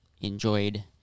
enjoyed